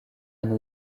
new